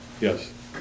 Yes